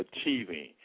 achieving